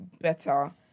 better